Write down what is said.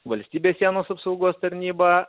valstybės sienos apsaugos tarnyba